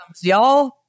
y'all